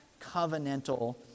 covenantal